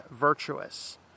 virtuous